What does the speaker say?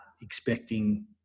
expecting